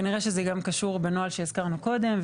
כנראה שזה גם קשור בנוהל שהזכרנו קודם,